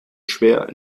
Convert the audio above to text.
schwer